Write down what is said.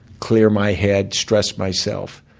clear my head, stretch myself.